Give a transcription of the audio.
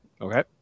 Okay